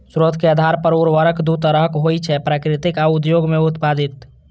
स्रोत के आधार पर उर्वरक दू तरहक होइ छै, प्राकृतिक आ उद्योग मे उत्पादित